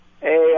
Hey